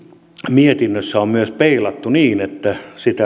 mietinnössä on myös peilattu niin että